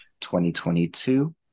2022